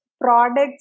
Products